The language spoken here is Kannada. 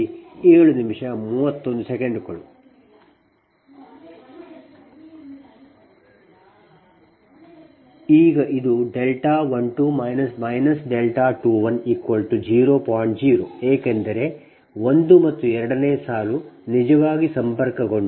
0 ಏಕೆಂದರೆ 1 ಮತ್ತು 2 ನೇ ಸಾಲು ನಿಜವಾಗಿ ಸಂಪರ್ಕಗೊಂಡಿಲ್ಲ